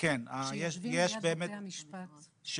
אני מבינה שזה תקדימי,